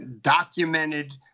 documented